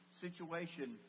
situation